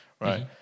right